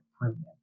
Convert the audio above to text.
premium